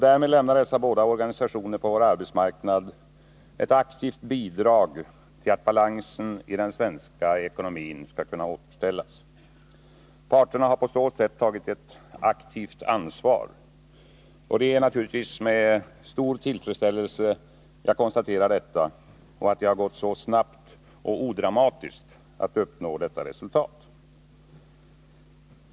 Därmed lämnar dessa båda organisationer på vår arbetsmarknad ett aktivt bidrag till att balansen i den svenska ekonomin skall kunna återställas. Parterna har på så sätt tagit ett aktivt ansvar. Det är naturligtvis med stor tillfredsställelse jag konstaterar detta samt att det har gått så snabbt och odramatiskt att uppnå detta resultat.